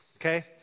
Okay